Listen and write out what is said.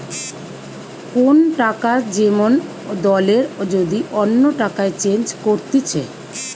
কোন টাকা যেমন দলের যদি অন্য টাকায় চেঞ্জ করতিছে